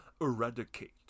eradicate